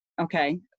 okay